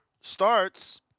starts